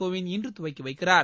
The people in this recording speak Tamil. கோவிந்த் இன்று துவக்கிவைக்கிறார்